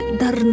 dar